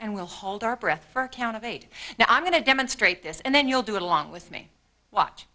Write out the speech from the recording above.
and we'll hold our breath for a count of eight now i'm going to demonstrate this and then you'll do it along with me watch